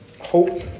hope